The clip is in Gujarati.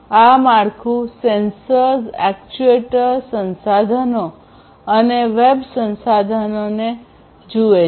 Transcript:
આ માળખું સેન્સર્સ એક્ટ્યુએટર સંસાધનો અને વેબ સંસાધનો જુએ છે